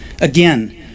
again